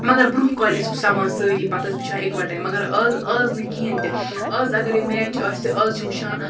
مگر برٛونٛہہ کالہِ ٲسۍ سَمان سٲری پَتہٕ ٲسۍ وٕچھان اِکوَٹَے مگر آز آز نہٕ کِہیٖنۍ تہِ آز اگرے میچ آسہِ آز چھِ وٕچھان